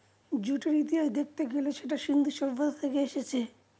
জুটের ইতিহাস দেখতে গেলে সেটা সিন্ধু সভ্যতা থেকে এসেছে